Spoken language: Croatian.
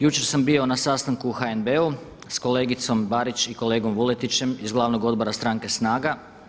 Jučer sam bio na sastanku u HNB-u sa kolegicom Barić i kolegom Vuletićem iz Glavnog odbora stranke SNAGA.